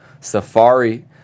Safari